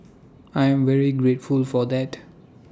I'm very grateful for that